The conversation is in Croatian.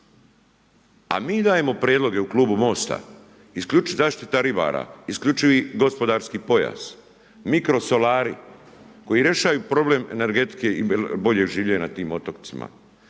A mi dajemo prijedloge u klubu MOST-a, isključiva zaštita ribara, isključivi gospodarski pojas, mikrosolari koji rješavaju problem energetike i boljeg življenja na tim otocima.